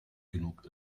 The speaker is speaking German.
genug